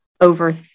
over